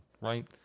right